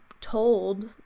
told